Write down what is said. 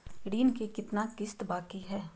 ऋण के कितना किस्त बाकी है?